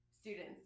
students